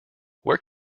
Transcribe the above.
where